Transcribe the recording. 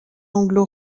anglo